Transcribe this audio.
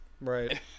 Right